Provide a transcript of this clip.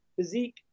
physique